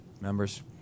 members